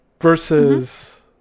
Versus